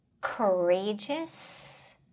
courageous